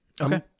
Okay